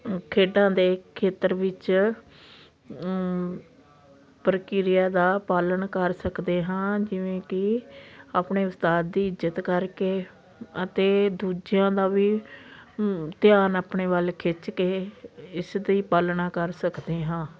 ਖੇਡਾਂ ਦੇ ਖੇਤਰ ਵਿੱਚ ਪ੍ਰਕਿਰਿਆ ਦਾ ਪਾਲਣ ਕਰ ਸਕਦੇ ਹਾਂ ਜਿਵੇਂ ਕਿ ਆਪਣੇ ਉਸਤਾਦ ਦੀ ਇੱਜ਼ਤ ਕਰਕੇ ਅਤੇ ਦੂਜਿਆਂ ਦਾ ਵੀ ਧਿਆਨ ਆਪਣੇ ਵੱਲ ਖਿੱਚ ਕੇ ਇਸ ਦੀ ਪਾਲਣਾ ਕਰ ਸਕਦੇ ਹਾਂ